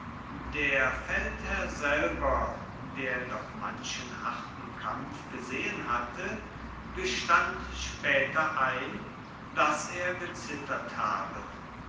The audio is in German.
der feldherr selber der doch manchen harten kampf gesehen hatte gestand spaeter ein dass er gezittert habe